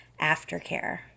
aftercare